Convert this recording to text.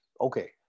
okay